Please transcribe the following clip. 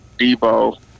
Debo